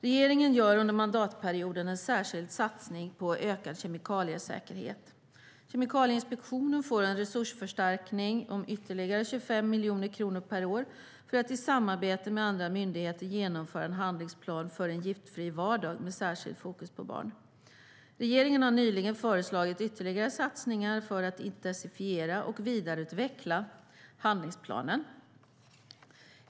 Regeringen gör under mandatperioden en särskild satsning på ökad kemikaliesäkerhet. Kemikalieinspektionen får en resursförstärkning om ytterligare 25 miljoner kronor per år för att i samarbete med andra myndigheter genomföra en handlingsplan för en giftfri vardag med särskilt fokus på barn. Regeringen har nyligen föreslagit ytterligare satsningar för att intensifiera och vidareutveckla handlingsplanen.